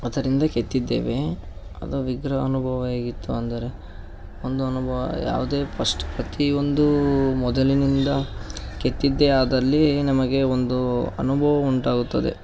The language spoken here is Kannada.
ಅದರಿಂದ ಕೆತ್ತಿದ್ದೇವೆ ಅದು ವಿಗ್ರಹ ಅನುಭವ ಹೇಗಿತ್ತು ಅಂದರೆ ಒಂದು ಅನುಭವ ಯಾವುದೇ ಫಸ್ಟ್ ಪ್ರತಿಯೊಂದು ಮೊದಲಿನಿಂದ ಕೆತ್ತಿದ್ದೇ ಆದಲ್ಲಿ ನಮಗೆ ಒಂದು ಅನುಭವ ಉಂಟಾಗುತ್ತದೆ